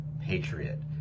patriot